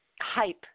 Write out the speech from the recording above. Hype